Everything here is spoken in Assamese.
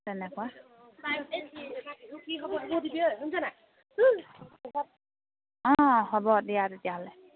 তেনেকুৱা অঁ হ'ব দিয়া তেতিয়াহ'লে